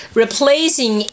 replacing